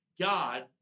God